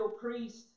priest